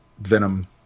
venom